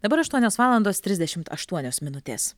dabar aštuonios valandos trisdešimt aštuonios minutės